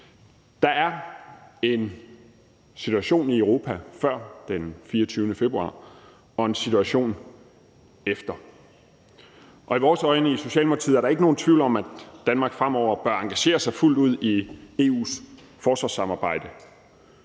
Der er en situation i Europa før den 24. februar og en situation efter. Og set med vores øjne, i Socialdemokratiet, er der ikke nogen tvivl om, at Danmark fremover bør engagere sig fuldt ud i EU's forsvarssamarbejde.